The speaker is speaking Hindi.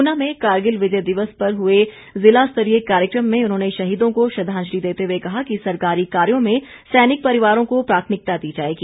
ऊना में कारगिल विजय दिवस पर हुए जिला स्तरीय कार्यक्रम में उन्होंने शहीदों को श्रद्वांजलि देते हुए कहा कि सरकारी कार्यो में सैनिक परिवारों को प्राथमिकता दी जाएगी